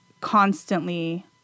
constantly